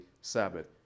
Sabbath